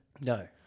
No